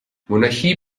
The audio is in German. monarchie